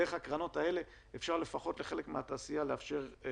דרך הקרנות האלה אפשר לאפשר לפחות לחלק מהתעשייה לפעול.